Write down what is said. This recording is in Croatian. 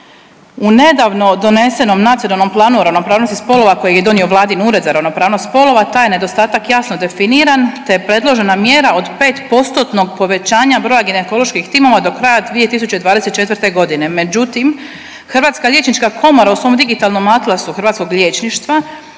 U nedavno donesenom u Nacionalnom planu o ravnopravnosti spolova koji je donio vladin Ured za ravnopravnost spolova, taj je nedostatak jasno definiran te je predložena mjera od 5 postotnog povećanja broja ginekoloških timova do kraja 2024. g., međutim, Hrvatska liječnička komora u svog Digitalnom atlasu hrvatskog liječništva